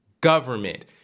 government